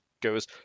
goes